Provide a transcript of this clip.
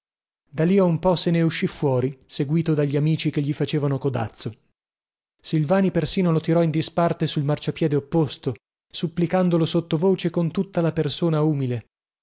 da lì a un po se ne uscì fuori seguito dagli amici che gli facevano codazzo silvani persino lo tirò in disparte sul marciapiedi opposto supplicandolo sottovoce con tutta la persona umile